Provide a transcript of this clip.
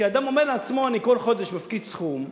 כי אדם אומר לעצמו: אני כל חודש מפקיד סכום,